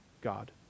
God